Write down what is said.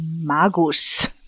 magus